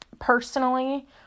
personally